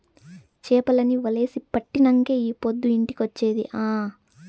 చేపల్ని వలేసి పట్టినంకే ఈ పొద్దు ఇంటికొచ్చేది ఆ